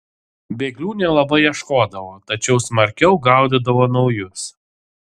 bėglių nelabai ieškodavo tačiau smarkiau gaudydavo naujus